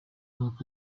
buvuga